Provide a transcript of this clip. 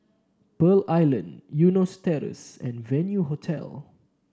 Pearl Island Eunos Terrace and Venue Hotel